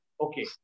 Okay